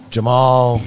Jamal